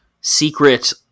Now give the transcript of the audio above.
secret